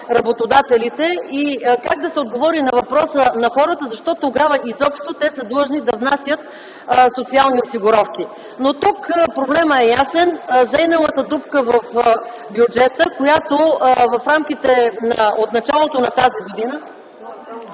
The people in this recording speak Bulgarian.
работодателите и как да се отговори на въпроса на хората защо тогава изобщо те са длъжни да внасят социални осигуровки. Но тук проблемът е ясен: зейналата дупка в бюджета, която в рамките от началото на тази година...